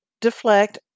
deflect